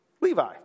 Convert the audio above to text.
Levi